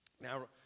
Now